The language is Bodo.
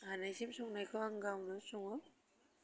हानायसिम संनायखौ आं गावनो सङो